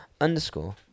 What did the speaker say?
underscore